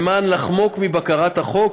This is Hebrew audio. כדי לחמוק מבקרת החוק,